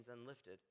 unlifted